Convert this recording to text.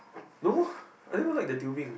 no I knew what they doing